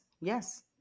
Yes